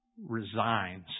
resigns